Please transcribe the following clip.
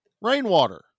rainwater